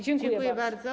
Dziękuję bardzo.